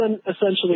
essentially